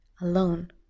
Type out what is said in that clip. alone